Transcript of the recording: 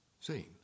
seen